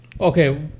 Okay